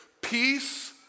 Peace